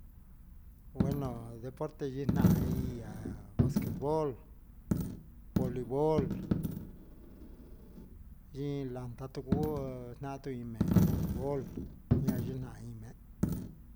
Gueno desporte yɨɨ nahan ia basquetbol bolibol yɨɨ landa tucu naan tii mee bolibol na yɨɨ ne mee